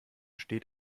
steht